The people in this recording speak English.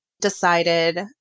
decided